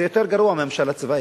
זה יותר גרוע מהממשל הצבאי,